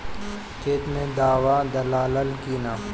खेत मे दावा दालाल कि न?